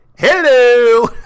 hello